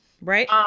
Right